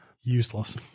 useless